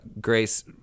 grace